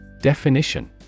Definition